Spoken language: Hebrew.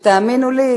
ותאמינו לי,